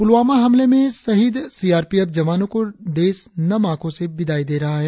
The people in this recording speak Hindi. पुलवामा हमले में शहीद सीआरपीएफ जवानों को देश नम आखों से विदाई दे रहा है